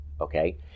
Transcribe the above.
okay